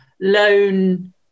loan